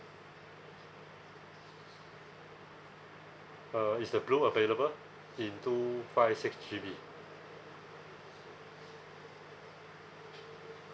uh is the blue available in two five six G_B